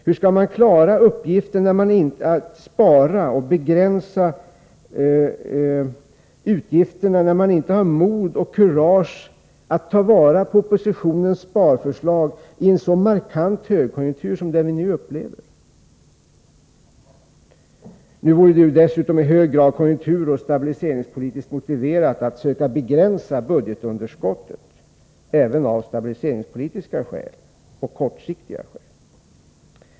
Hur skall man klara uppgiften att spara, att begränsa utgifterna, när man inte har kurage att ta vara på oppositionens sparförslag i en så markant högkonjunktur som den vi nu upplever? Nu vore det dessutom i hög grad konjunkturoch stabiliseringspolitiskt motiverat att söka begränsa budgetunderskottet, även av stabiliseringspolitiska och kortsiktiga skäl.